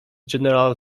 general